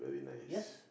yes